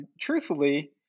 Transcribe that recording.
truthfully